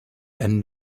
and